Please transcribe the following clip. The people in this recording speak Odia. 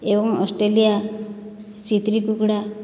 ଏବଂ ଅଷ୍ଟ୍ରେଲିଆ ଚିତ୍ରି କୁକୁଡ଼ା